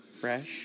fresh